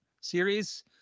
series